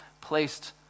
placed